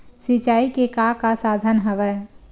सिंचाई के का का साधन हवय?